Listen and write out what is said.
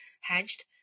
hedged